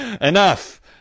enough